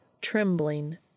trembling